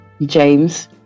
James